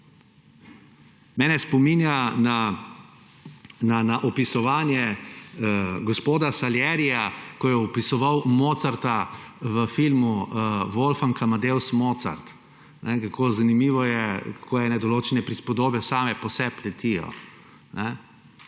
Mene spominja na opisovanje gospoda Salierija, ko je opisoval Mozarta v filmu Amadeus. Zanimivo je, kako ene določene prispodobe same po sebi letijo.